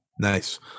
nice